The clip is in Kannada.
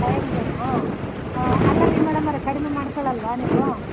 ಫೈ ಹಂಡ್ರೆಡ್ಡಾ ಆಂ ಅಲ್ಲ ರೀ ಮೇಡಮ್ಮೋರೇ ಕಡಿಮೆ ಮಾಡಿಕೊಳಲ್ವಾ ನೀವು